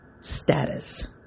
status